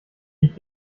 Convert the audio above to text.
ich